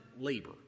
labor